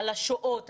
על השואות,